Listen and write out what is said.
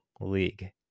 league